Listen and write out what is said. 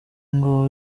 ngo